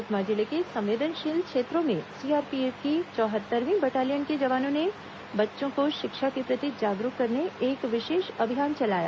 सुकमा जिले के संवेदनशील क्षेत्रों में सीआरपीएफ की चौहत्तरवीं बटालियन के जवानों ने बच्चों को शिक्षा के प्रति जागरूक करने एक विशेष अभियान चलाया